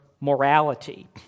morality